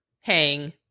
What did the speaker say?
hang